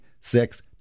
six